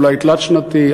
אולי תלת-שנתי,